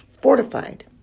fortified